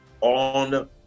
on